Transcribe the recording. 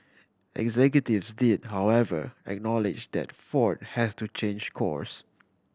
executives did however acknowledge that Ford has to change course